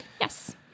Yes